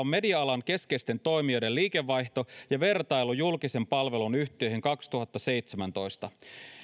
on media alan keskeisten toimijoiden liikevaihto ja vertailu julkisen palvelun yhtiöihin kaksituhattaseitsemäntoista